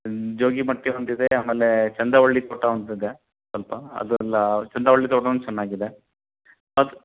ಅಲ್ ಜೋಗಿ ಮಟ್ಟಿ ಒಂದಿದೆ ಆಮೇಲೇ ಚಂದವಳ್ಳಿ ತೋಟ ಒಂದಿದೆ ಸ್ವಲ್ಪ ಅದೆಲ್ಲಾ ಚಂದವಳ್ಳಿ ತೋಟ ಅದೊಂದು ಚೆನ್ನಾಗಿದೆ ಅದು